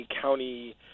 county